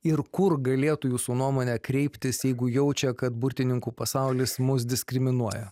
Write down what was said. ir kur galėtų jūsų nuomone kreiptis jeigu jaučia kad burtininkų pasaulis mus diskriminuoja